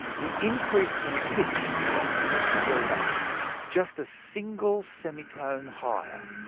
the increase in pitch didn't have to be very much just a single semitone higher.